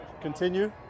continue